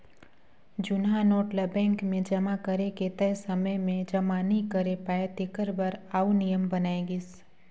जुनहा नोट ल बेंक मे जमा करे के तय समे में जमा नी करे पाए तेकर बर आउ नियम बनाय गिस